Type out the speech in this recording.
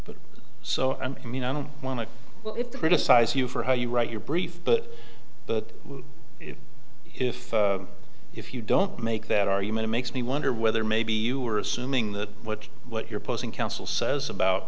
but so i mean i don't want to if criticize you for how you write your brief but but if if if you don't make that argument makes me wonder whether maybe you are assuming that what what you're posing counsel says about